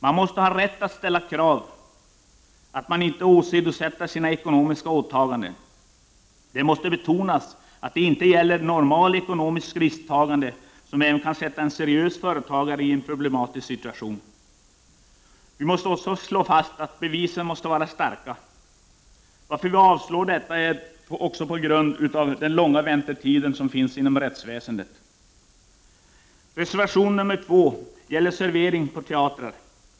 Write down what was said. Det måste finnas rätt att ställa kravet att man inte åsidosätter sina ekonomiska åtaganden. Det måste betonas att det inte gäller normalt ekonomiskt risktagande, som kan sätta även en seriös företagare i en problematisk situation. Vi måste också slå fast att bevisen måste vara starka. Även på grund av att väntetiderna är långa inom rättsväsendet avstyrkes reservationen. Reservation 2 gäller servering på teatrar.